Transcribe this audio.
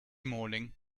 morning